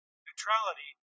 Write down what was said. Neutrality